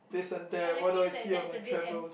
this and that what do I see on my travels